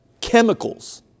chemicals